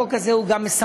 החוק הזה מסמל